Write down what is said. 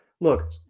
look